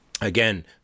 Again